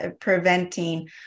preventing